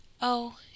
Oh